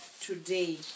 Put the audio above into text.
today